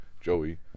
Joey